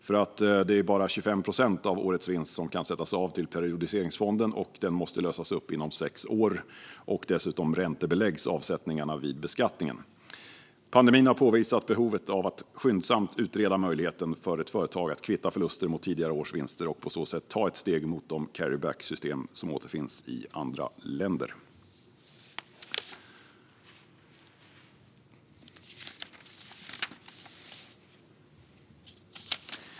Det är nämligen bara 25 procent av årets vinst som kan sättas av till periodiseringsfonden, och den måste lösas upp inom sex år. Dessutom räntebeläggs avsättningarna vid beskattningen. Pandemin har påvisat behovet av att skyndsamt utreda möjligheten för ett företag att kvitta förluster mot tidigare års vinster och på så sätt ta ett steg mot de carry-back-system som återfinns i andra länder.